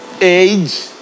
age